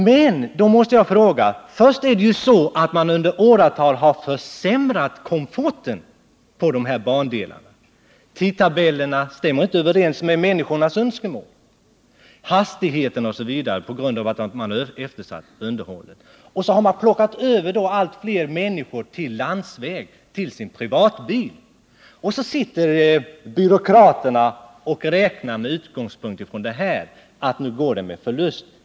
Men då måste jag ställa en fråga. Först har man under åratal försämrat komforten på de här bandelarna — tidtabellerna stämmer inte överens med människornas önskemål, hastigheterna är låga på grund av eftersatt underhåll, osv. — och därigenom har allt fler människor gått över till sin privatbil, till landsväg. Sedan sitter byråkraterna och räknar ut, med utgångspunkt i detta, att det nu går med förlust.